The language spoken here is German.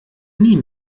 nie